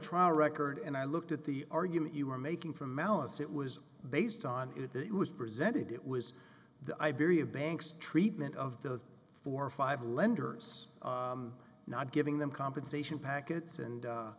trial record and i looked at the argument you were making from malice it was based on it was presented it was the iberia banks treatment of the four five lenders not giving them compensation packets and